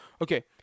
Okay